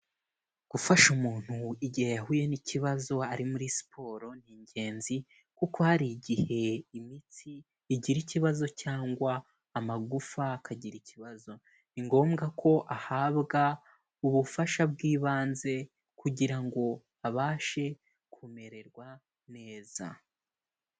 Gufasha umuntu igihe yahuye n'ikibazo ari muri siporo ni ingenzi, kuko hari igihe imitsi igira ikibazo cyangwa amagufa akagira ikibazo, ni ngombwa ko ahabwa ubufasha bw'ibanze kugira ngo abashe kumererwa neza.